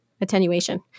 attenuation